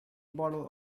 bottle